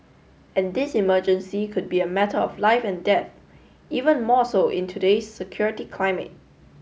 and this emergency could be a matter of life and death even more so in today's security climate